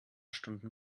stunden